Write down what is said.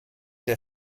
der